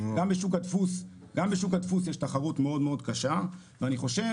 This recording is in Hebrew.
גם בשוק הדפוס יש תחרות מאוד קשה ואני חושב